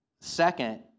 Second